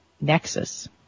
Nexus